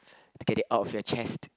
like get it out of your chest